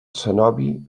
cenobi